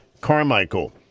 Carmichael